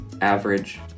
average